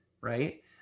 right